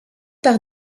par